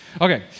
Okay